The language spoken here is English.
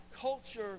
culture